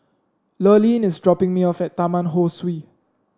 Lurline is dropping me off at Taman Ho Swee